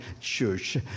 church